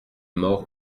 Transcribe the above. mort